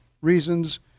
reasons